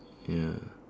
ya